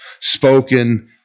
spoken